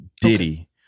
Diddy